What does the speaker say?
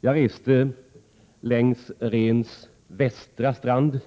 Jag reste längs Rhens västra strand